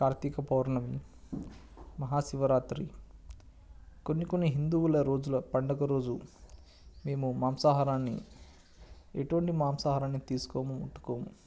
కార్తీక పౌర్ణమి మహాశివరాత్రి కొన్ని కొన్ని హిందువుల రోజుల పండుగ రోజు మేము మాంసాహారాన్ని ఏటువంటి మాంసాహారాన్ని తీసుకోము ముట్టుకోము